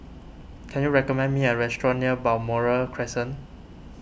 can you recommend me a restaurant near Balmoral Crescent